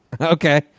Okay